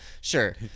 sure